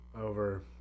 over